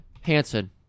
Hanson